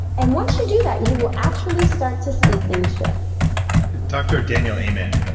and once you do that, you will actually start to see things shift dr. daniel amen,